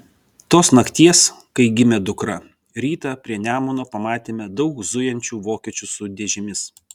tos nakties kai gimė dukra rytą prie nemuno pamatėme daug zujančių vokiečių su dėžėmis